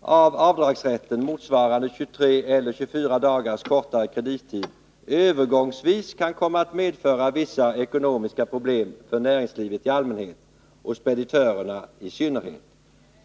av avdragsrätten, motsvarande 23 eller 24 dagars kortare kredittid övergångsvis kan komma att medföra vissa ekonomiska problem för näringslivet i allmänhet och för speditörerna i synnerhet.